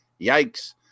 yikes